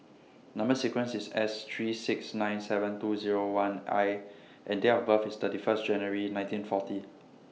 Number sequence IS S three six nine seven two Zero one I and Date of birth IS thirty First January nineteen forty